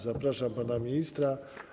Zapraszam pana ministra.